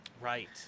Right